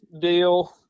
deal